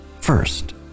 first